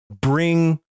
bring